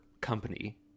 company